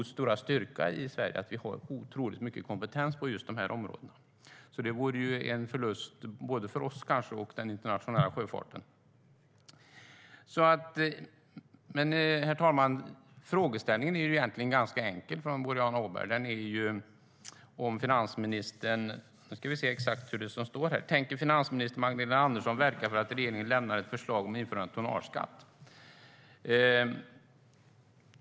Vår stora styrka i Sverige är ju att vi har otroligt mycket kompetens på just dessa områden, så det vore en förlust både för oss och för den internationella sjöfarten. Herr talman! Boriana Åbergs fråga är egentligen ganska enkel: Tänker finansminister Magdalena Andersson verka för att regeringen lämnar ett förslag om införande av tonnageskatt?